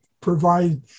provide